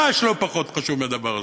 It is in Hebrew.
ממש לא פחות חשוב מהדבר הזה.